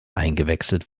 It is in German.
eingewechselt